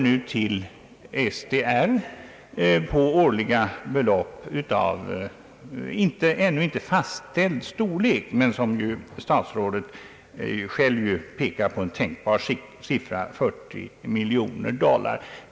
Nu tillkommer SDR på årliga belopp av ännu inte fastställd storlek; men statsrådet pekar själv på en tänkbar summa av 40 miljoner dollar.